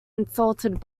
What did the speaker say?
insulted